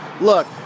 Look